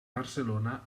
barcelona